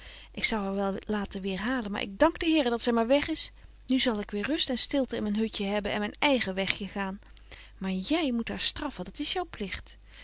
ik zou haar wel laten weêr halen maar ik dank den here dat zy maar weg is nu zal ik weer rust en stilte in myn hutje hebben en myn eigen wegje gaan maar jy moet haar straffen dat is jou pligt